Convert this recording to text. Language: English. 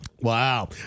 Wow